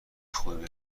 خوبی